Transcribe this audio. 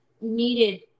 needed